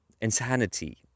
insanity